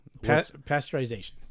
pasteurization